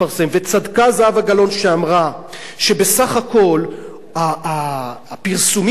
צדקה זהבה גלאון כשאמרה שבסך הכול הפרסומים האלה,